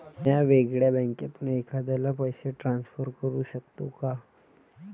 म्या वेगळ्या बँकेतून एखाद्याला पैसे ट्रान्सफर करू शकतो का?